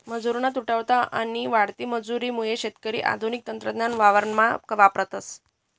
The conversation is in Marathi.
मजुरना तुटवडा आणि वाढती मजुरी मुये शेतकरी आधुनिक तंत्रज्ञान वावरमा वापरतस